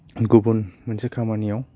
गुबुन मोनसे खामानियाव